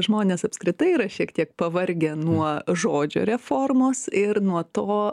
žmonės apskritai yra šiek tiek pavargę nuo žodžio reformos ir nuo to